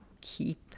keep